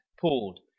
pulled